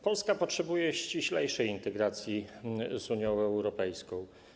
Polska potrzebuje ściślejszej integracji z Unią Europejską.